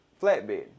flatbed